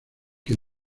que